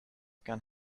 can